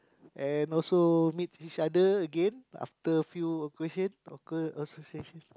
and also meet each other again after few occasion association